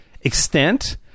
extent